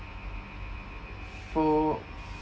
f~ for